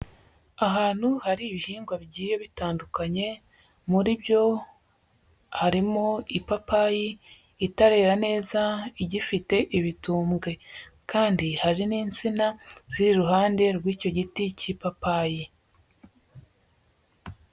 Ahantu hari ibihingwa bigiye bitandukanye, muri byo harimo ipapayi itarera neza, igifite ibitumbwe, kandi hari n'insina ziri iruhande rw'icyo giti cy'ipapayi.